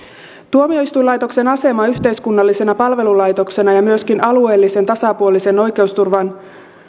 tuomioistuinlaitoksen aseman yhteiskunnallisena palvelulaitoksena ja myöskin alueellisen ja tasapuolisen oikeusturvan